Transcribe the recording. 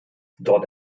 dort